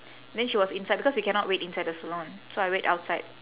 then she was inside because we cannot wait inside the salon so I wait outside